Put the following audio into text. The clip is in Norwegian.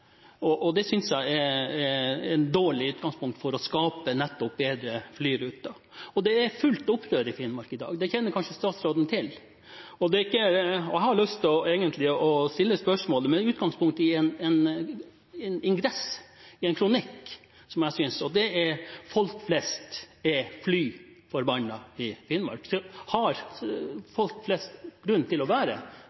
og det synes jeg er et dårlig utgangspunkt for å skape bedre flyruter. Det er fullt opprør i Finnmark i dag. Det kjenner kanskje statsråden til, og jeg har egentlig lyst til å stille spørsmålet med utgangspunkt i en ingress i en kronikk, hvor det står at folk flest er «flyforbannet» i Finnmark. Har folk flest grunn til å være nettopp «flyforbannet» i Finnmark, med utgangspunkt i de